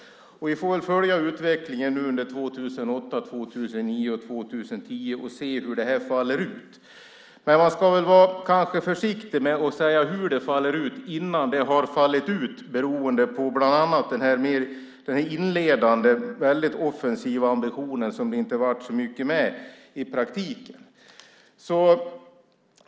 Vi får väl följa utvecklingen under 2008, 2009 och 2010 och se hur det faller ut. Man kanske ska vara försiktig med att säga hur det faller ut innan det har fallit ut med tanke på den inledande offensiva ambition som det inte blev så mycket med i praktiken.